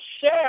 share